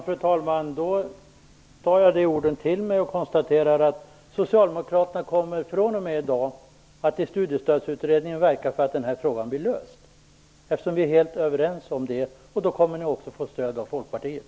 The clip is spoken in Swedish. Fru talman! Jag tar de orden till mig och konstaterar att socialdemokraterna från och med i dag i Studiestödsutredningen kommer att verka för att den här frågan blir löst, eftersom vi är helt överens om det. Då kommer ni också att få stöd av Folkpartiet.